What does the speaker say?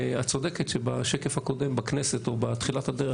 את צודקת שבשקף הקודם בכנסת או בתחילת הדרך